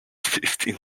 fifteen